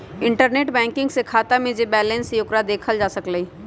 internet banking से खाता में जे बैलेंस हई ओकरा देखल जा सकलई ह